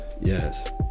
yes